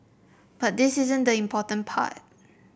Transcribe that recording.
but this isn't the important part